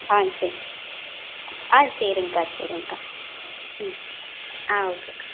ஆ சரி ஆ சரிங்கக்கா சரிங்கக்கா ம் ஆ ஓகே அக்கா